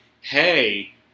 hey